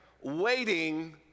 waiting